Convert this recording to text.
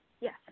yes